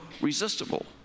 resistible